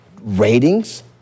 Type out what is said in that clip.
ratings